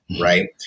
right